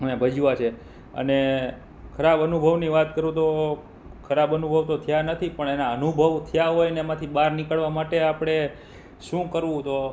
એમણે ભજવ્યાં છે અને ખરાબ અનુભવની વાત કરું તો ખરાબ અનુભવ તો થયા નથી પણ એના અનુભવ થયા હોય ને એમાંથી બહાર નીકળવા માટે આપણે શું કરવું તો